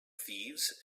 thieves